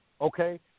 Okay